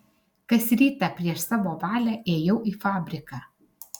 kas rytą prieš savo valią ėjau į fabriką